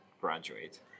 graduate